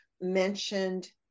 mentioned